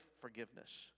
forgiveness